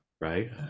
right